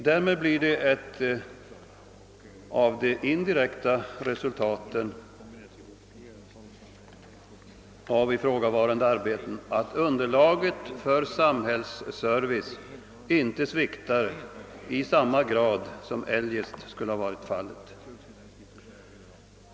Därmed blir ett av de indirekta resultaten av ifrågavarande arbeten att underlaget för samhällsservice inte sviktar i samma grad som eljest skulle ha varit fallet.